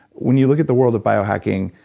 when you look at the world of biohacking,